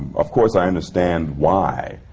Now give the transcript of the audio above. of course, i understand why,